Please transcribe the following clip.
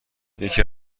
یکی